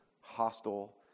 hostile